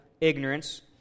ignorance